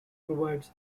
provides